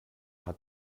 hat